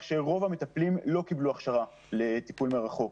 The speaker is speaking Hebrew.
שרוב המטפלים לא קיבלו הכשרה לטיפול מרחוק,